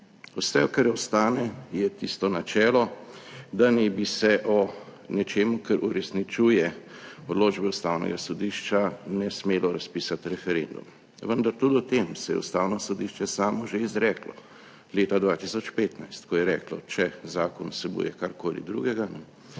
Vse, kar ostane, je tisto načelo, da naj bi se o nečemu, kar uresničuje odločbe Ustavnega sodišča, ne smelo razpisati referendum. Vendar tudi o tem se je Ustavno sodišče samo že izreklo, leta 2015, ko je reklo, če zakon vsebuje karkoli drugega,